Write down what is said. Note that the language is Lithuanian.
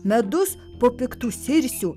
medus po piktų sirsių